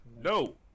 No